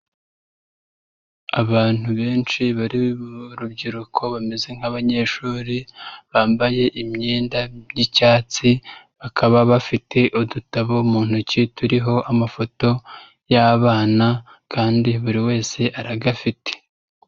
Abantu benshi barimo rubyiruko bameze nk'abanyeshuri, bambaye imyenda y'icyatsi, bakaba bafite udutabo mu ntoki turiho amafoto y'abana, kandi buri wese aragafite.